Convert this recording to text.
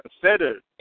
considered